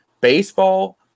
Baseball